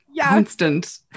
constant